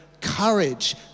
courage